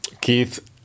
Keith